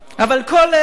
אבל כל אלה